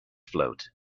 float